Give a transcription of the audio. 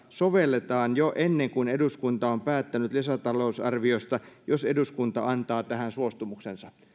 sovelletaan jo ennen kuin eduskunta on päättänyt lisätalousarviosta jos eduskunta antaa tähän suostumuksensa